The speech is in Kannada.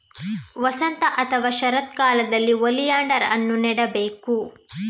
ವಸಂತ ಅಥವಾ ಶರತ್ಕಾಲದಲ್ಲಿ ಓಲಿಯಾಂಡರ್ ಅನ್ನು ನೆಡಬೇಕು